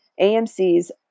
AMC's